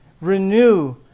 renew